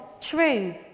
true